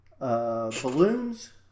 balloons